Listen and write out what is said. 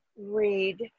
read